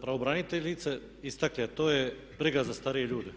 pravobraniteljice istakli, a to je briga za starije ljude.